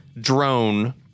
drone